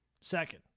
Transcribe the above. Second